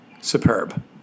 superb